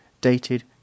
dated